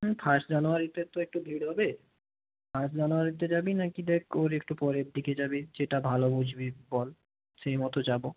হুম first জানুয়ারিতে তো একটু ভিড় হবে ফার্স্ট জানুয়ারিতে যাবি নাকি দেখ ওর একটু পরের দিকে যাবি যেটা ভালো বুঝবি বল সেই মতো যাব